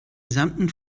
gesamten